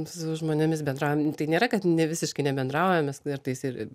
su žmonėmis bendraujam tai nėra kad ne visiškai nebendraujam mes kartais ir